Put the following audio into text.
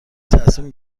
تصمیم